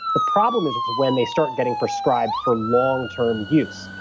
the problem is when they start getting prescribed for long-term use,